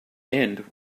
end